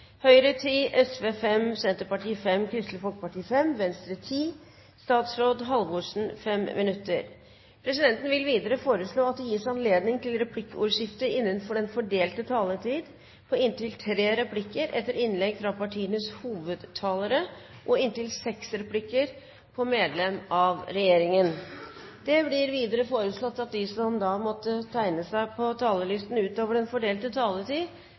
Høyre 10 minutter, Sosialistisk Venstreparti 5 minutter, Senterpartiet 5 minutter, Kristelig Folkeparti 5 minutter, Venstre 10 minutter og inntil 5 minutter til statsråd Halvorsen. Presidenten vil videre foreslå at det gis anledning til replikkordskifte på inntil tre replikker med svar etter innlegg fra partienes hovedtalere og inntil seks replikker med svar etter innlegget fra statsråden innenfor den fordelte taletid. Det blir videre foreslått at de som måtte tegne seg på talerlisten utover den